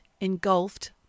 engulfed